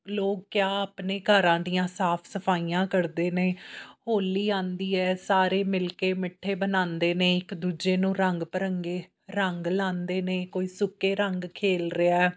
ਲੋਕ ਕਿਆ ਆਪਣੇ ਘਰਾਂ ਦੀਆਂ ਸਾਫ਼ ਸਫ਼ਾਈਆਂ ਕਰਦੇ ਨੇ ਹੋਲੀ ਆਉਂਦੀ ਹੈ ਸਾਰੇ ਮਿਲ ਕੇ ਮਿੱਠੇ ਬਣਾਉਂਦੇ ਨੇ ਇੱਕ ਦੂਜੇ ਨੂੰ ਰੰਗ ਬਿਰੰਗੇ ਰੰਗ ਲਾਉਂਦੇ ਨੇ ਕੋਈ ਸੁੱਕੇ ਰੰਗ ਖੇਲ ਰਿਹਾ